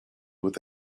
with